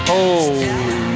Holy